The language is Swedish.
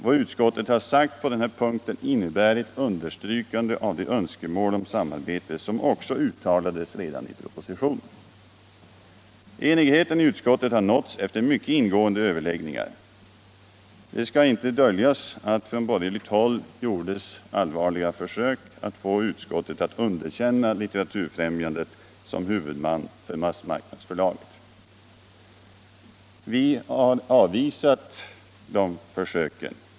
Vad utskottet har sagt på denna punkt innebär ett understrykande av det önskemål om samarbete som också uttalas i propositionen. Enigheten i utskottet har nåtts efter mycket ingående överläggningar. Det skall inte döljas att från borgerligt håll gjordes allvarliga försök att få utskottet att underkänna Litteraturfrämjandet som huvudman för massmarknadsförlaget. Vi har avvisat de försöken.